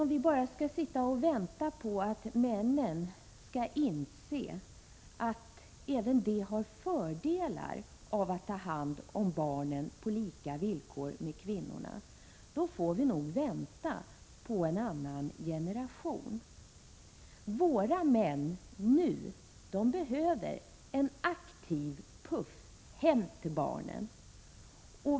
Om vi bara skall vänta på att männen skall inse att även de har fördelar av att ta hand om barnen på samma villkor som kvinnorna, då får vi nog vänta på en annan generation. Våra män behöver nu en aktiv puff hem till barnen.